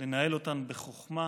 לנהל אותן בחוכמה,